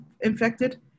infected